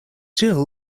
still